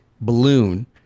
balloon